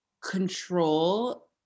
control